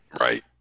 Right